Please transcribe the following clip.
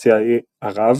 בחצי האי ערב,